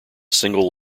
single